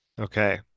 okay